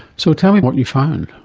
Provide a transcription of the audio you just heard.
so tell me what you found?